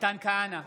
מתן כהנא,